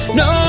no